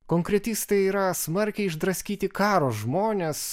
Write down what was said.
konkretistai yra smarkiai išdraskyti karo žmonės